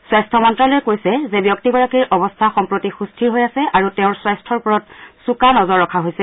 স্বাস্য মন্ন্যালয়ে কৈছে ষে ব্যক্তিগৰাকীৰ অৱস্থা সম্প্ৰতি সুস্থিৰ হৈ আছে আৰু তেওঁৰ স্বাস্থৰ ওপৰত চোকা নজৰ ৰখা হৈছে